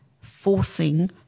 forcing